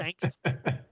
Thanks